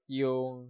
yung